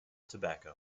tobacco